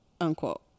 unquote